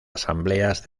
asambleas